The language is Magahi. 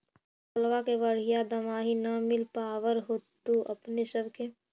फसलबा के बढ़िया दमाहि न मिल पाबर होतो अपने सब के?